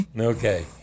Okay